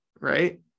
right